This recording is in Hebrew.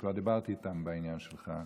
שכבר דיברתי איתם בעניין שלך.